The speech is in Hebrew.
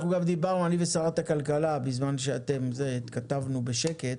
אנחנו גם דיברנו, אני ושרת הכלכלה, התכתבנו בשקט,